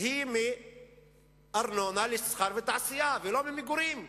היא מארנונה של מסחר ותעשייה, לא ממגורים.